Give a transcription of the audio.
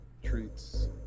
Treats